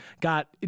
got